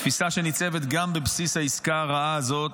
תפיסה שניצבת גם בבסיס העסקה הרעה הזאת.